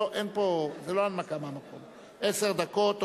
התשע"א 2011,